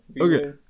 Okay